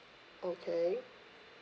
okay